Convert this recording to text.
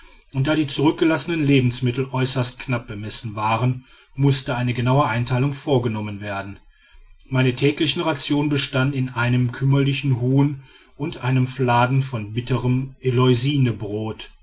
und da die zurückgelassenen lebensmittel äußerst knapp bemessen waren mußte eine genaue einteilung vorgenommen werden meine täglichen rationen bestanden in einem kümmerlichen huhn und einem fladen von bitterm eleusinebrot